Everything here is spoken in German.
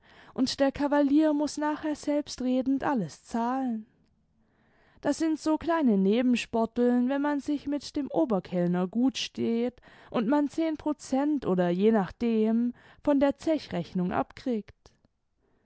und der kavalier muß nachher selbstredend alles zahlen das sind so kleine nebensporteln wenn man sich mit dem oberkellner gut steht und man zehn prozent oder je nachdem von der zechrechnung abkriegt